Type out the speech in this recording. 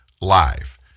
live